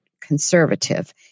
conservative